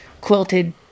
quilted